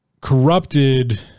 corrupted